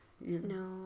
No